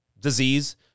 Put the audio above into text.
disease